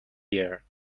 year